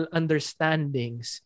understandings